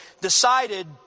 decided